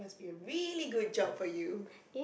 a really good job for you